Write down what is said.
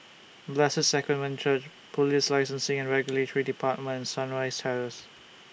Blessed Sacrament Church Police Licensing and Regulatory department Sunrise Terrace